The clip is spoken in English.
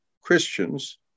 Christians